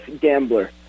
gambler